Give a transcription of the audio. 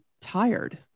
tired